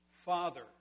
Father